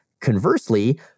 Conversely